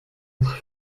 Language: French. être